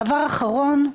הדבר האחרון,